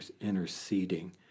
interceding